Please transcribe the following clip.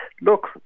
look